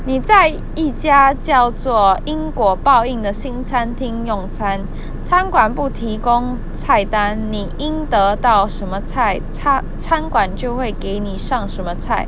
你在一家叫做因果报应的新餐厅用餐餐馆不提供菜单你应得到什么菜擦餐馆就会给你上什么菜